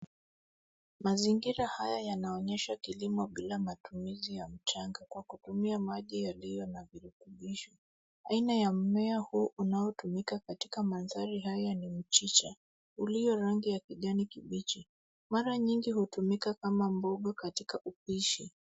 Mazingira haya yanaonyesha kilimo bila matumizi ya mchanga kwa kutumia maji yaliyo na virutubisho. Aina ya mmea huu unaotumika katika mandhari haya ni mchicha, uliyo rangi ya kijani kibichi. Mara nyingi hutumika kama mboga katika upishi.